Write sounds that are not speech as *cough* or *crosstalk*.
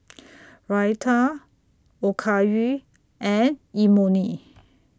*noise* Raita Okayu and Imoni